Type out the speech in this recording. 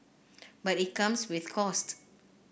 but it comes with costs